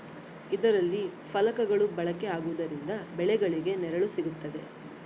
ಇದರಲ್ಲಿ ಫಲಕಗಳು ಬಳಕೆ ಆಗುವುದರಿಂದ ಬೆಳೆಗಳಿಗೆ ನೆರಳು ಸಿಗುತ್ತದೆ